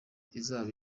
izaba